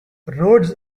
roads